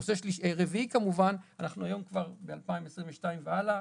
הנושא הרביעי הוא שאנחנו היום כבר ב-2022 והלאה,